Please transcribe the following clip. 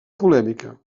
polèmica